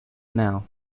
now